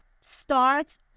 start